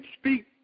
speak